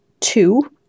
two